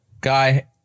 guy